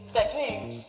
techniques